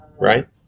Right